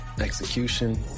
execution